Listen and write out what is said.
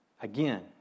Again